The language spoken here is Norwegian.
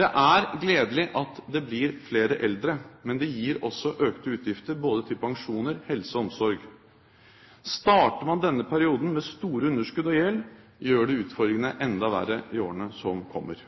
Det er gledelig at det blir flere eldre. Men det gir også økte utgifter både til pensjoner, helse og omsorg. Starter man denne perioden med store underskudd og gjeld, gjør det utfordringene enda større i årene som kommer.